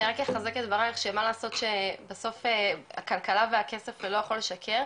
אני רק אחזק את דבריך שמה לעשות שבסוף הכלכלה והכסף לא יכול לשקר.